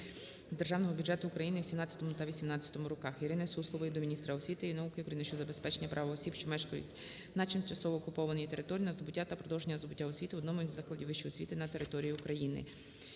Державного бюджету України у 2017 та 2018 роках. ІриниСуслової до міністра освіти і науки України щодо забезпечення права осіб, що мешкають на тимчасово окупованій території, на здобуття або продовження здобуття освіти у одному із закладів вищої освіти та території України.